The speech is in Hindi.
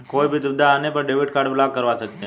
कोई भी दुविधा आने पर डेबिट कार्ड ब्लॉक करवा सकते है